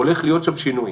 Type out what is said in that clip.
הולך להיות שם שינוי.